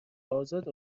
ازاد